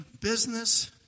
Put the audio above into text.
business